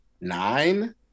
nine